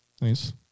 Nice